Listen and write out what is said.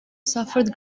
suffered